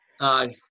aye